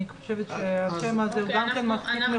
אני חושבת שהשם הזה הוא גם כן מספיק מכובד,